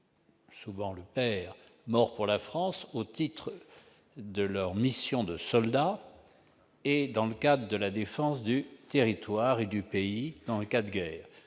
souvent le père -morts pour la France au titre de leur mission de soldat et dans le cadre de la défense du territoire et du pays, lors d'une guerre,